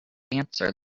answer